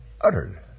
uttered